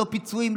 לא פיצויים,